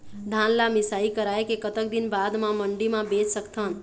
धान ला मिसाई कराए के कतक दिन बाद मा मंडी मा बेच सकथन?